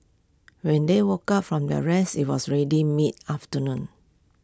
when they woke up from their rest IT was ready mid afternoon